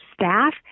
staff